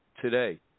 today